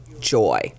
joy